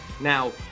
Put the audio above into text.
now